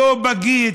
לא בגיץ,